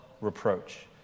reproach